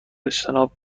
اجتناب